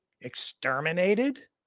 exterminated